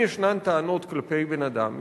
אם יש טענות כלפי בן-אדם,